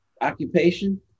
occupation